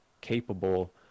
capable